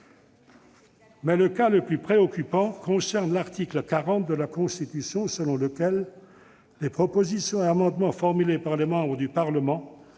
Mais le cas le plus préoccupant concerne l'article 40 de la Constitution, selon lequel « les propositions et amendements formulés par les membres du Parlement